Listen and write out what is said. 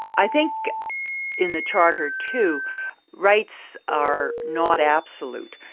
i think in the charter too rights are not absolute.